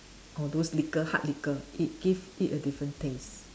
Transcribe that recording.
or those liquor hard liquor it give it a different taste